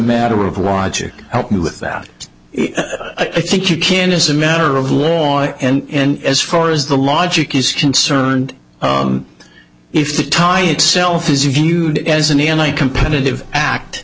matter of watch you help me with that i think you can as a matter of law and as far as the logic is concerned if the tie itself is viewed as an eon a competitive act